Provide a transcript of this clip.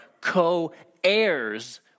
co-heirs